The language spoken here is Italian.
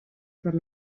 per